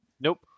Nope